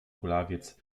kulawiec